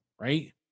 Right